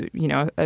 you know, ah